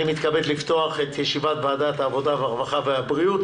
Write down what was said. אני מתכבד לפתוח את ישיבת ועדת העבודה והרווחה והבריאות